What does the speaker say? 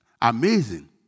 amazing